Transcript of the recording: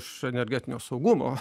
su energetinio saugumo